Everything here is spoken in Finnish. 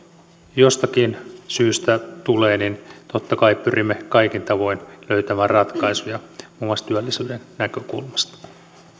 jostakin syystä tulee niin totta kai pyrimme kaikin tavoin löytämään ratkaisuja muun muassa työllisyyden näkökulmasta